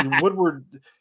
Woodward